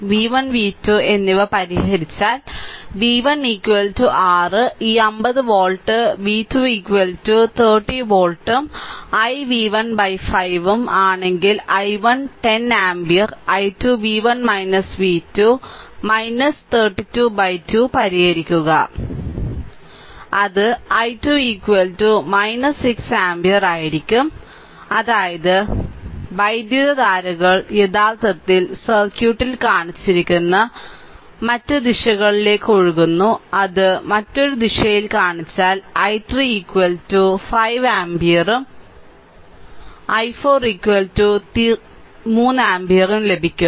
v1 v2 എന്നിവ പരിഹരിച്ചാൽ v1 r ഈ 50 വോൾട്ട് v2 30 വോൾട്ടും i1 v1 5 ഉം ആണെങ്കിൽ i1 10 ampere i2 v1 v2 322 പരിഹരിക്കുക അത് i2 6 ആമ്പിയർ ആയിരിക്കും അതായത് വൈദ്യുതധാരകൾ യഥാർത്ഥത്തിൽ സർക്യൂട്ടിൽ കാണിച്ചിരിക്കുന്ന മറ്റ് ദിശകളിലേക്ക് ഒഴുകുന്നു അത് മറ്റൊരു ദിശയിൽ കാണിച്ചാൽ i3 5 ആമ്പിയറും i4 3 ആമ്പിയറും ലഭിക്കും